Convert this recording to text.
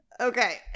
Okay